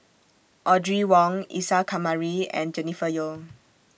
Audrey Wong Isa Kamari and Jennifer Yeo